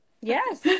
Yes